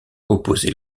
opposait